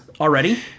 already